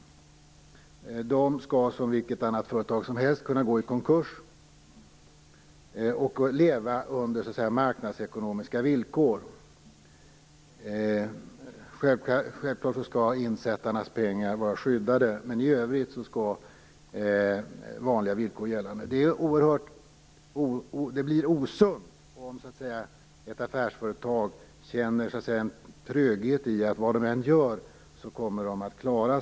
De skall som vilka företag som helst kunna gå i konkurs, och de skall leva under marknadsekonomiska villkor. Självklart skall insättarnas pengar vara skyddade, men i övrigt skall vanliga villkor gälla. Det blir osunt om affärsföretag så att säga känner en tröghet, att de kommer att klara sig vad de än gör.